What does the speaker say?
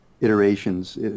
iterations